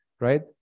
right